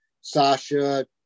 Sasha